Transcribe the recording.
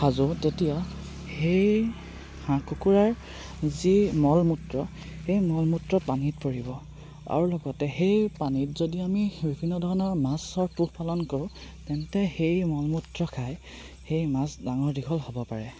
সাজোঁ তেতিয়া সেই হাঁহ কুকুৰাৰ যি মলমূত্ৰ সেই মলমূত্ৰ পানীত পৰিব আৰু লগতে সেই পানীত যদি আমি বিভিন্ন ধৰণৰ মাছৰ পোহ পালন কৰোঁ তেন্তে সেই মলমূত্ৰ খাই সেই মাছ ডাঙৰ দীঘল হ'ব পাৰে